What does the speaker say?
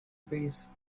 base